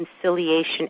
conciliation